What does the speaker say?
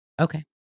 Okay